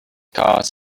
cars